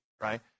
Right